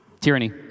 Tyranny